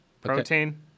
Protein